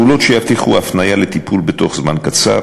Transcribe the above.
פעולות שיבטיחו הפניה לטיפול בתוך זמן קצר,